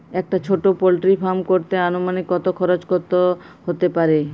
একটা ছোটো poultry farm করতে আনুমানিক কত খরচ কত হতে পারে?